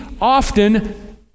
often